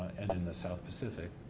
and in the south pacific.